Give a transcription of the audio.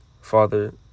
Father